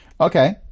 Okay